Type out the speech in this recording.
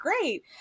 great